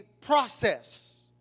process